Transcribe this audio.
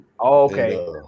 okay